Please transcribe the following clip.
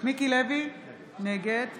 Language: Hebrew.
מיקי לוי, נגד